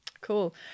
cool